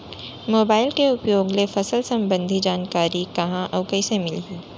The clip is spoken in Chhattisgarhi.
मोबाइल के उपयोग ले फसल सम्बन्धी जानकारी कहाँ अऊ कइसे मिलही?